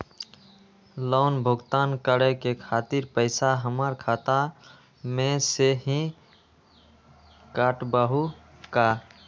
Loan भुगतान करे के खातिर पैसा हमर खाता में से ही काटबहु का?